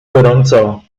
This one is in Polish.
gorąco